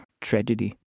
tragedy